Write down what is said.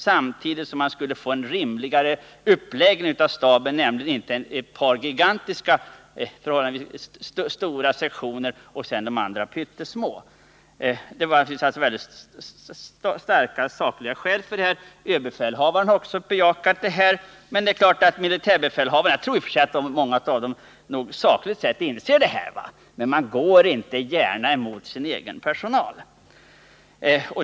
Samtidigt skulle man få en rimligare uppläggning av staberna och inte ha ett par förhållandevis stora sektioner och andra pyttesmå. Det finns naturligtvis mycket starka, sakliga skäl för detta. Överbefälhavaren har också bejakat förslaget. Jag tror att många av militärbefälhavarna i och för sig sakligt sett inser att det är riktigt, men de går inte gärna mot sin egen personal.